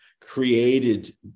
created